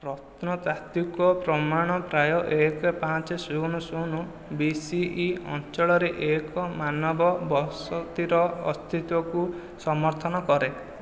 ପ୍ରତ୍ନତାତ୍ତ୍ୱିକ ପ୍ରମାଣ ପ୍ରାୟ ଏକ ପାଞ୍ଚ ଶୂନ ଶୂନ ବି ସି ଇ ଅଞ୍ଚଳରେ ଏକ ମାନବ ବସତିର ଅସ୍ତିତ୍ୱକୁ ସମର୍ଥନ କରେ